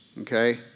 okay